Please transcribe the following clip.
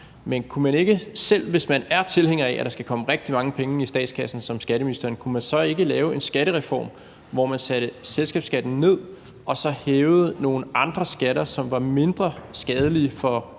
hænge sammen. Men selv hvis man er tilhænger af, at der skal komme rigtig mange penge i statskassen, som skatteministeren er, kunne man så ikke lave en skattereform, hvor man satte selskabsskatten ned og hævede nogle andre skatter, som var mindre skadelige for